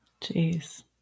Jeez